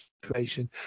situation